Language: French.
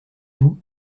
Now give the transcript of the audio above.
vous